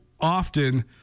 often